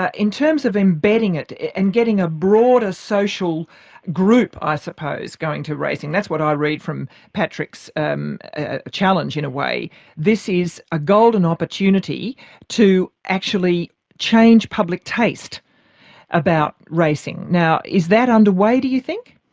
in terms of embedding it and getting a broader social group, i suppose, going to racing that's what i read from patrick's um ah challenge, in a way this is a golden opportunity to actually change public taste about racing. now, is that underway, do you think?